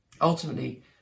Ultimately